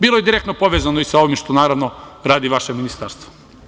Bilo je direktno povezano sa ovim što naravno radi vaše Ministarstvo.